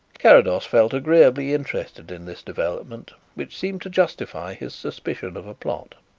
carrados felt agreeably interested in this development, which seemed to justify his suspicion of a plot.